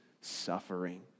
suffering